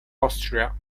austria